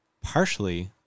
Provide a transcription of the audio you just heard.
Partially